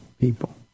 people